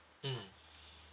mmhmm